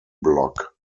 block